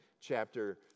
chapter